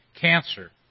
cancer